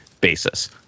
basis